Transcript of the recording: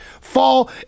fall